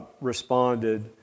responded